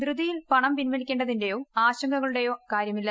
ധൃതിയിൽ പണം പിൻവലിക്കേണ്ടതിന്റെയോ ആശങ്കകളുടെയോ കാര്യമില്ല